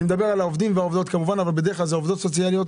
אני מדבר על העובדים והעובדות כמובן אבל בדרך כלל זה עובדות סוציאליות,